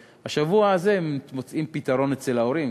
ובשבוע הזה הם מוצאים פתרון אצל ההורים,